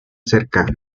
cercana